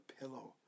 pillow